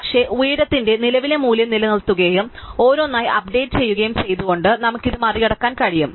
പക്ഷേ ഉയരത്തിന്റെ നിലവിലെ മൂല്യം നിലനിർത്തുകയും ഓരോന്നായി അപ്ഡേറ്റ് ചെയ്യുകയും ചെയ്തുകൊണ്ട് നമുക്ക് ഇത് മറികടക്കാൻ കഴിയും